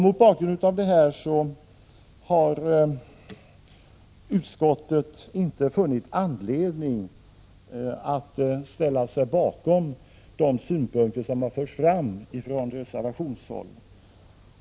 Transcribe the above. Mot bakgrund av detta har utskottet inte funnit anledning att ställa sig bakom de synpunkter som förs fram av reservanterna.